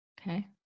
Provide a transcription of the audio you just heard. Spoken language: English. Okay